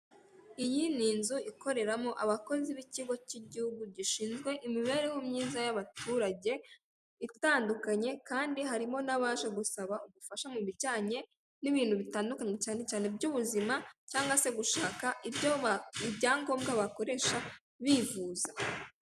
Iyi ni inzu ikoreramo abakozi b'ikigo cy'igihugu gishinzwe imibereho myiza y'abaturage, itandukanye kandi harimo nabaje gusaba ubufasha mu bijyanye n'ibintu bitandukanye, cyane cyane by'ubuzima cyangwa se gushaka ibyo byangombwa bakoresha bivuza.